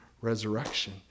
resurrection